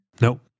Nope